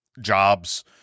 jobs